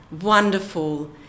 wonderful